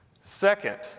Second